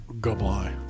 Goodbye